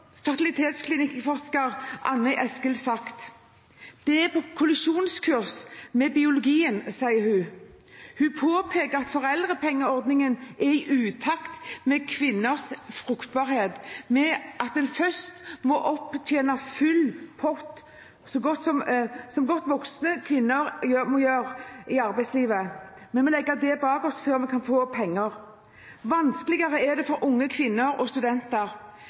Anne Eskild sagt. Det er «på kollisjonskurs med biologien», sier hun. Hun påpeker at foreldrepengeordningen er i utakt med kvinners fruktbarhet, ved at en først må opptjene full pott, som godt voksne kvinner må gjøre i arbeidslivet. Vi må legge det bak oss før vi kan få penger. Vanskeligere er det for unge kvinner og studenter.